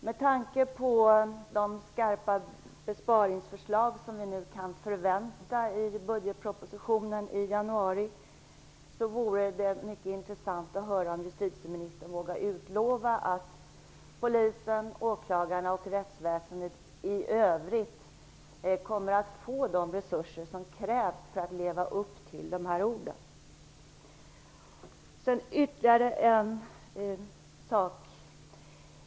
Med tanke på de skarpa besparingsförslag som vi nu kan förvänta i budgetpropositionen i januari vore det mycket intressant att få höra om justitieministern vågar utlova att Polisen, åklagarna och rättsväsendet i övrigt kommer att få de resurser som krävs för att leva upp till de här orden.